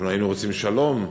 אנחנו היינו רוצים שלום,